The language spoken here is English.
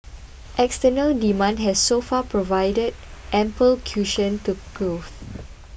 external demand has so far provided ample cushion to growth